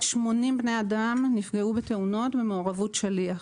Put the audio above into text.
80 בני אדם נפגעו בתאונות במעורבות שליח.